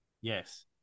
Yes